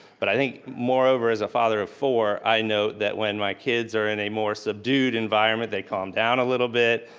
but i think moreover as a father of four i note that when my kids are in a more subdued environment they calm down a little bit.